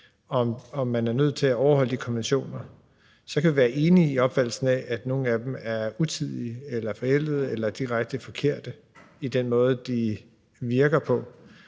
om man er nødt til at overholde de konventioner. Så kan vi være enige i opfattelsen af, at nogle af dem er utidige eller forældede eller direkte forkerte i den måde, de virker på.